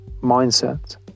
mindset